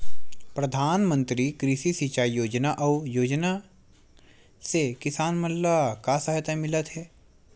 प्रधान मंतरी कृषि सिंचाई योजना अउ योजना से किसान मन ला का सहायता मिलत हे?